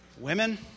Women